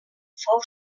fou